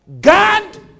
god